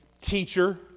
Teacher